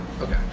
Okay